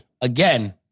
again